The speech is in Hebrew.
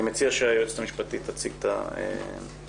אני מציע שהיועצת המשפטית תציג את הנוסח,